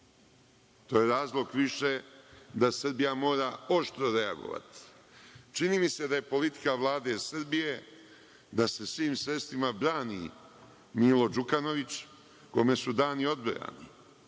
To je razlog više da Srbija mora oštro reagovati. Čini mi se da je politika Vlade Srbije, da se svim sredstvima brani Milo Đukanović kome su dani odbrojani,